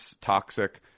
toxic